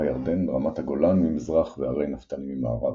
הירדן – רמת הגולן ממזרח והרי נפתלי ממערב.